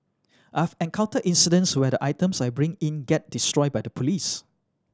I've encountered incidents where the items I bring in get destroyed by the police